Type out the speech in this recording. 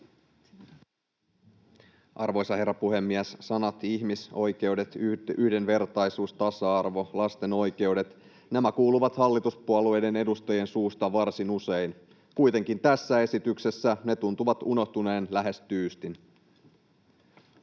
Arvoisa herra puhemies! Sanat ”ihmisoikeudet”, ”yhdenvertaisuus”, ”tasa-arvo” ja ”lasten oikeudet” kuuluvat hallituspuolueiden edustajien suusta varsin usein. Kuitenkin tässä esityksessä ne tuntuvat unohtuneen lähes tyystin.